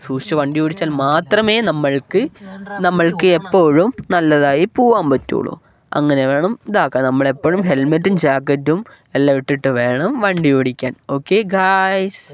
സൂക്ഷിച്ച് വണ്ടി ഓടിച്ചാൽ മാത്രമേ നമ്മൾക്ക് നമ്മൾക്ക് എപ്പോഴും നല്ലതായി പൂവാൻ പറ്റോള്ളൂ അങ്ങനെ വേണം ഇതാക്കാൻ നമ്മൾ എപ്പോഴും ഹെൽമറ്റും ജാക്കറ്റും എല്ലാം ഇട്ടിട്ട് വേണം വണ്ടി ഓടിക്കാൻ ഓക്കെ ഗായ്സ്